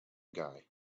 guy